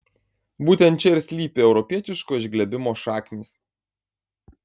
būtent čia ir slypi europietiško išglebimo šaknys